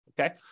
okay